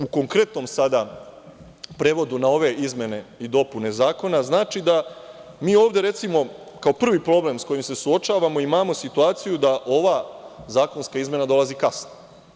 U konkretnom prevodu na ove izmene i dopune Zakona, to znači da mi ovde, recimo, kao prvi problem s kojim se suočavamo, imamo situaciju da ova zakonska izmena dolazi kasno.